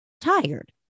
Tired